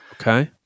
Okay